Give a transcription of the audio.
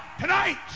tonight